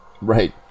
Right